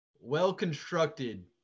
well-constructed